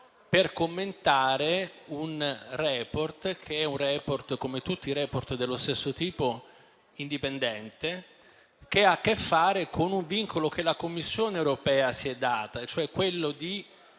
per commentare un *report* che, come tutti i *report* dello stesso tipo, è indipendente e ha a che fare con un vincolo che la Commissione europea si è data, cioè quello di